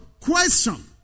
Question